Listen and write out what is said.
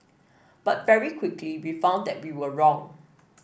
but very quickly we found that we were wrong